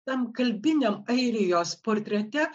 tam kalbiniam airijos portrete